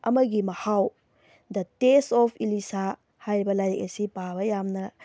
ꯑꯃꯒꯤ ꯃꯍꯥꯎ the test of Elisha ꯍꯥꯏꯕ ꯂꯥꯏꯔꯤꯛ ꯑꯁꯤ ꯄꯥꯕ ꯌꯥꯝꯅ